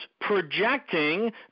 projecting